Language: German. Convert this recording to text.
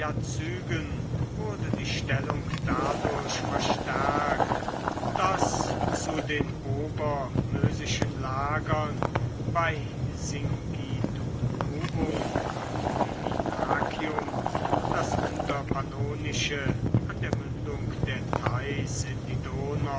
wurde die stellung dadurch verstärkt daß zu den obermösischen lagern bei singidunuum und viminacium das unterpannonische an der mündung der theiß in die donau